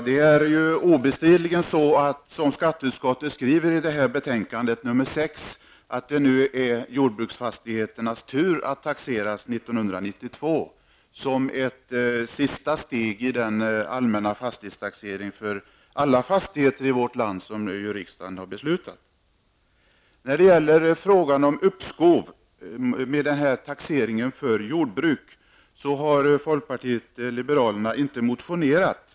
Herr talman! Det är obestridligen, som skatteutskottet skriver i sitt betänkande 6, jordbruksfastigheternas tur att taxeras 1992, som ett sista steg i den allmänna fastighetstaxering i vårt land som riksdagen har beslutat om. Folkpartiet liberalerna har inte motionerat när det gäller frågan om uppskov med fastighetstaxering för jordbruksfastigheter.